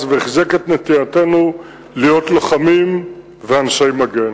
וחיזק את נטייתנו להיות לוחמים ואנשי מגן.